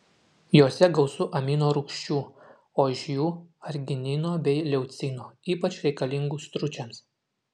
jose gausu amino rūgščių o iš jų arginino bei leucino ypač reikalingų stručiams